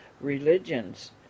religions